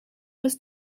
was